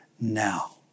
now